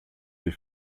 des